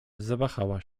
zawahała